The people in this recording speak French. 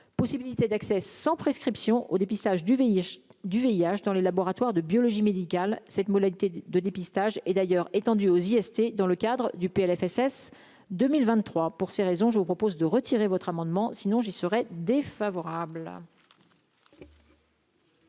possibilité d'accès sans prescription au dépistage du VIH du VIH dans les laboratoires de biologie médicale cette modalité de dépistage et d'ailleurs étendu aux IST, dans le cadre du Plfss 2023 pour ces raisons, je vous propose de retirer votre amendement sinon j'y serais défavorable.